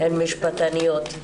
הן משפטניות.